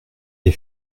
les